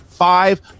five